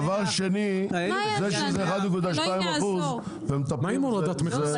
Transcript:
דבר שני, זה שזה 1.2% --- מה עם הורדת מכסים?